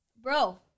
bro